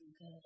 good